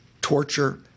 torture